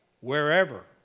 Wherever